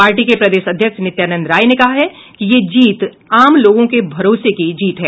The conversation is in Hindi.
पार्टी के प्रदेश अध्यक्ष नित्यानंद राय ने कहा है कि यह जीत आम लोगों के भरोसे की जीत है